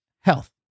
Health